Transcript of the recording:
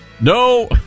No